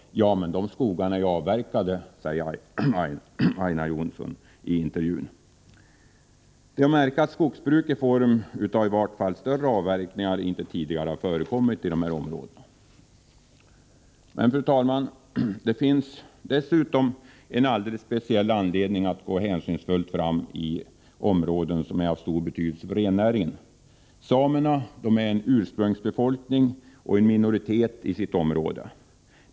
Ja men, de skogarna är ju avverkade, sade Aina Jonsson i intervjun. Det är att märka att skogsbruk i varje fall i form av större avverkningar inte tidigare har förekommit i de här områdena. Fru talman! Det finns dessutom en alldeles speciell anledning att gå hänsynsfullt fram i områden som är av stor betydelse för rennäringen. Samerna är en ursprungsbefolkning och en minoritet i sitt område.